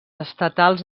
estatals